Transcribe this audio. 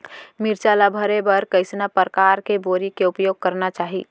मिरचा ला भरे बर कइसना परकार के बोरी के उपयोग करना चाही?